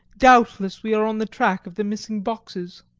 doubtless we are on the track of the missing boxes.